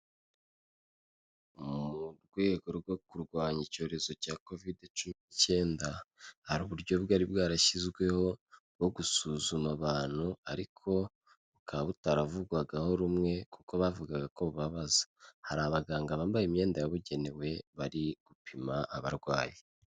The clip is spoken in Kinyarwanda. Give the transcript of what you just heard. Mu rwego rwo kurwanya icyorezo cya kovide cumi n'icyenda hari uburyo bwari bwarashyizweho bwo gusuzuma abantu ariko bukaba butaravugwagaho rumwe kuko bavugaga ko bubaza, hari abaganga bambaye imyenda yabugenewe bari gupima abarwayi.